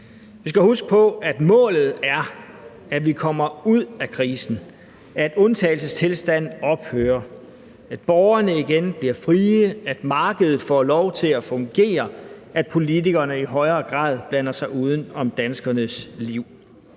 Vi skal huske på, at målet er, at vi kommer ud af krisen, at undtagelsestilstanden ophører, at borgerne igen bliver frie, at markedet får lov til at fungere, og at politikerne i højere grad blander sig uden om danskernes liv.